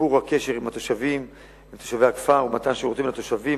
שיפור הקשר עם תושבי הכפר ומתן שירותים לתושבים,